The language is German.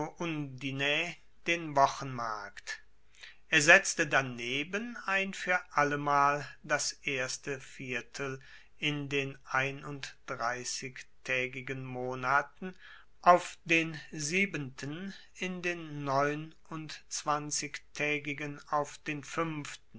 den wochenmarkt er setzte daneben ein fuer allemal das erste viertel in den einunddreissigtaegigen monaten auf den siebenten in den neunundzwanzigtaegigen auf den fuenften